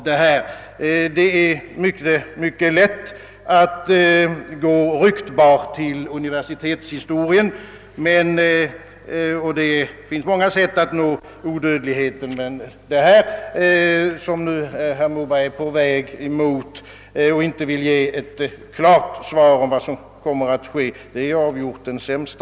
Det är mycket lätt att gå ryktbar till universitetshistorien och det finns många sätt att nå odödlig heten, men det som herr Moberg är på väg emot, ehuru han inte vill ge ett klart svar beträffande vad som kommer att ske, är avgjort det sämsta.